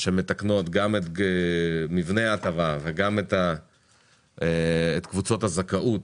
שמתייחסות גם למבנה ההטבה, גם לקבוצות הזכאות